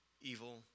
evil